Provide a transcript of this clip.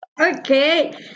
Okay